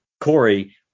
Corey